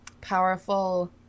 powerful